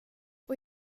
och